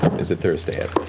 is it thursday yet?